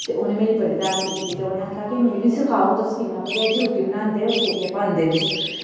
ते उनें मेरी बड़ी तारीफ कीती उनें आक्खेआ कि तुस मिगी सखाओ भरजाई जी तुस रुट्टी कियां बनांदे और केह् केह् पांदे बिच